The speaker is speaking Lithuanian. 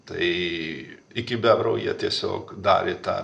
tai iki bebrų jie tiesiog darė tą